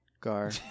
Gar